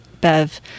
Bev